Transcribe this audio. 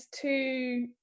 two